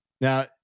Now